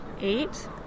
Eight